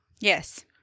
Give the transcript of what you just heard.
Yes